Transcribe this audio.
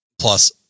Plus